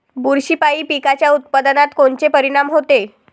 बुरशीपायी पिकाच्या उत्पादनात कोनचे परीनाम होते?